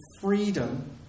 freedom